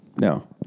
No